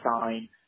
sign